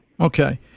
Okay